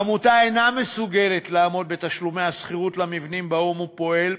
העמותה אינה מסוגלת לעמוד בתשלומי השכירות של המבנים שבהם הוא פועל,